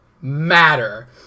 matter